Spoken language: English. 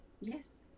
yes